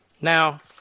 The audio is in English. Now